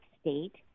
State